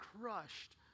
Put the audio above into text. crushed